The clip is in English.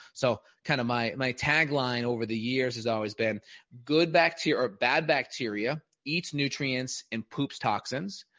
so kind of my my tagline over the years has always been good back to your bad bacteria, eats nutrients and poops toxins,